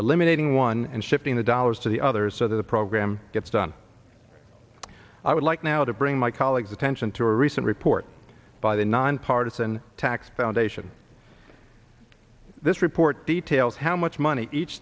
eliminating one and shifting the dollars to the other so the program gets done i would like now to bring my colleagues attention to a recent report by the nonpartisan tax validation this report details how much money each